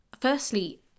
firstly